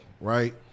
right